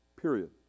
Period